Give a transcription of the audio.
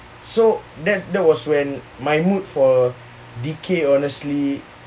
so that that was when my mood for dikir honestly